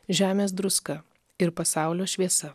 žemės druska ir pasaulio šviesa